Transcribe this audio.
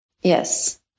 Yes